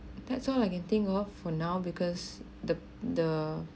that's all I can think of for now because the the